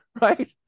right